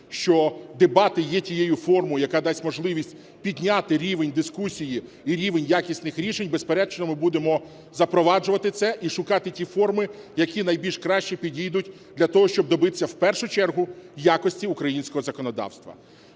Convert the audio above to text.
що дебати є тією формою, яка дасть можливість підняти рівень дискусії і рівень якісних рішень, безперечно, ми будемо запроваджувати це і шукати ті форми, які найбільш краще підійдуть для того, щоб добитися в першу чергу якості українського законодавства.